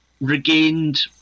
regained